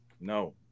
No